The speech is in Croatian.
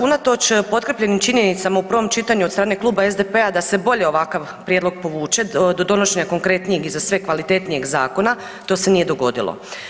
Unatoč potkrijepljenim činjenicama u prvom čitanju od strane Kluba SDP-a da se bolje ovakav prijedlog povuče do donošenja konkretnijeg i za sve kvalitetnijeg zakona, to se nije dogodilo.